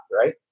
right